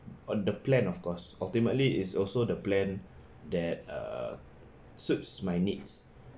on the plan of course ultimately is also the plan that uh suits my needs